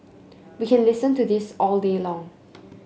we can listen to this all day long